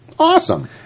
Awesome